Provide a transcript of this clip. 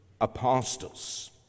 apostles